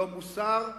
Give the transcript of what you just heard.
לא מוסר,